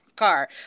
Car